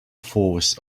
forced